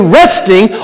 resting